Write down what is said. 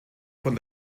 von